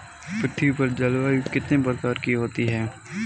पृथ्वी पर जलवायु कितने प्रकार की होती है?